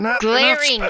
glaring